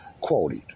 Quoted